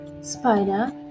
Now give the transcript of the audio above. Spider